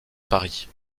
paris